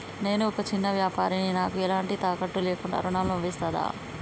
నేను ఒక చిన్న వ్యాపారిని నాకు ఎలాంటి తాకట్టు లేకుండా ఋణం లభిస్తదా?